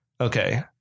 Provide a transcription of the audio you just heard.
Okay